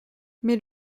mais